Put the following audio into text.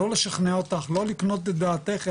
לא לשכנע אותך לא לקנות את דעתך,